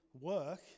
work